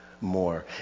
more